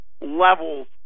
levels